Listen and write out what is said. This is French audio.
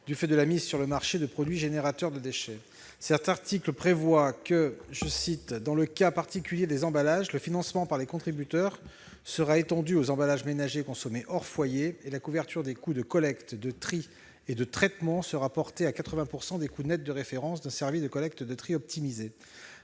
du fait de la mise sur le marché de produits générateurs de déchets :« dans le cas particulier des emballages, le financement par les contributeurs sera étendu aux emballages ménagers consommés hors foyer et la couverture des coûts de collecte, de tri et de traitement sera portée à 80 % des coûts nets de référence d'un service de collecte et de tri optimisé ».